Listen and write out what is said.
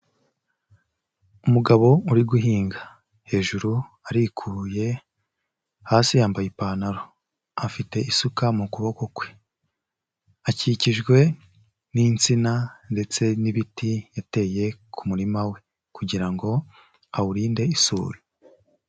Umugabo uri guhinga, hejuru arikuye hasi yambaye ipantaro, afite isuka mu kuboko kwe, akikijwe n'insina ndetse n'ibiti yateye ku murima we kugira ngo awurinde isuri.